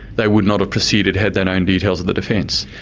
they would not have pursued it had they known details of the defence.